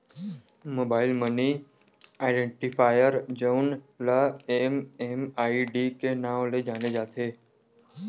mobile money identifier जउन ल MMID के नांव ले जाने जाथे